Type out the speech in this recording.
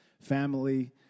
family